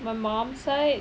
my mum side